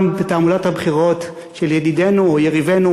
גם בתעמולת הבחירות של ידידינו או יריבינו,